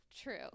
true